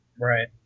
Right